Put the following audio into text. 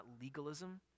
legalism